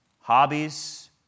hobbies